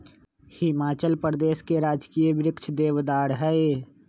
हिमाचल प्रदेश के राजकीय वृक्ष देवदार हई